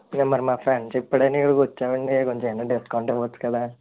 మరి మా ఫ్రెండ్ చెప్పాడని ఇక్కడికి వచ్చాము అండి కొంచెం ఏవన్నా డిస్కౌంట్ ఇవ్వచ్చు కదా